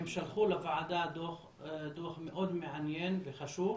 הם שלחו לוועדה דוח מאוד מעניין וחשוב.